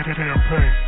campaign